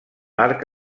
arc